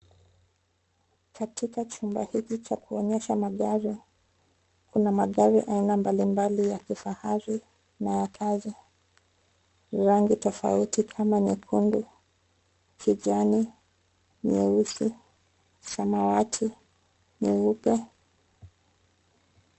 Katika chumba hiki cha kuonyesha magari. Kuna magari aina mbalimbali ya kifahari, na ya kazi. Rangi tofauti kama nyekundu, kijani, nyeusi, samawati, nyeupe.